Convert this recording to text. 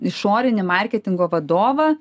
išorinį marketingo vadovą